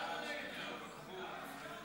ההצעה להעביר את הצעת חוק הספנות (הגבלת